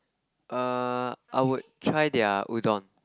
err I would try their udon